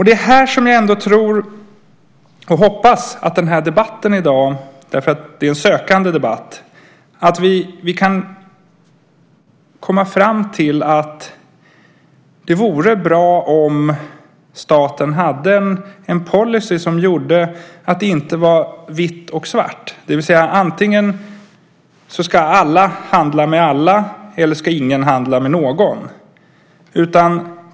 Det är här som jag ändå tror, och hoppas, att vi i debatten i dag - en sökande debatt - kan komma fram till att det vore bra om staten hade en policy som gjorde att det inte är antingen vitt eller svart, det vill säga att antingen ska alla handla med alla eller ska ingen handla med någon.